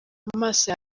amaso